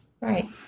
Right